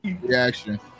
reaction